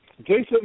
Jason